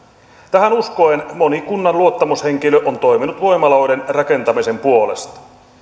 tähän uskoen moni kunnan luottamushenkilö on toiminut voimaloiden rakentamisen puolesta